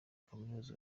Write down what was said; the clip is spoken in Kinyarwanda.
kaminuza